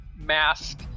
mask